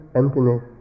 emptiness